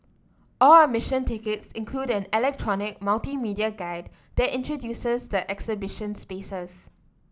all admission tickets include an electronic multimedia guide that introduces the exhibition spaces